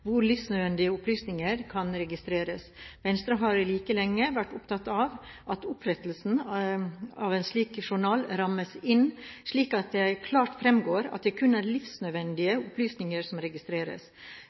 hvor livsnødvendige opplysninger kan registreres. Venstre har like lenge vært opptatt av at opprettelsen av en slik journal rammes inn, slik at det klart fremgår at det kun er